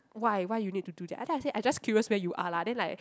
why why you need to do that after that I said I just curious where you are lah then like